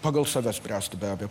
pagal save spręsti be abejo